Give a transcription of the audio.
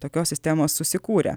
tokios sistemos susikūrę